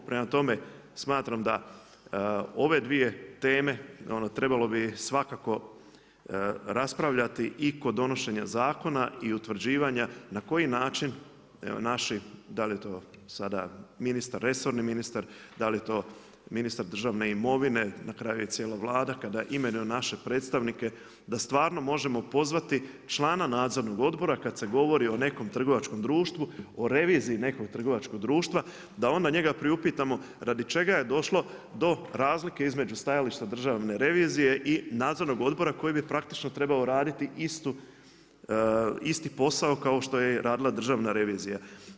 Prema tome, smatram da ove 2 teme, trebalo bi ih svakako raspravljati i kod donošenja zakona i utvrđivanja na koji način evo naši, da li je to sada ministar, resorni ministar, da li je to ministar državne imovine, na kraju i cijela Vlada kada imenuje naše predstavnike, da stvarno možemo pozvati člana nadzornog odbora, kad se govori o nekom trgovačkom društvu, o reviziji nekog trgovačkog društva, da onda njega priupitamo, radi čega je došlo do razlike između stajalište Državne revizije i nadzornog odbora koji bi praktički trebao raditi isti posao kao što je radila Državna revizija.